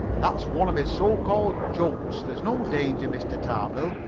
that's one of his so-called jokes. there's no danger, mr. tarbill.